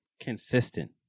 consistent